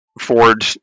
Ford